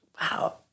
Wow